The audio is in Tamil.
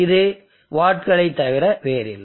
இது வாட்களைத் தவிர வேறில்லை